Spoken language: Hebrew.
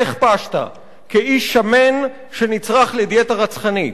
הכפשת כ"איש שמן שנצרך לדיאטה רצחנית".